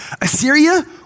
Assyria